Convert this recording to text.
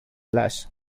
blas